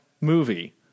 movie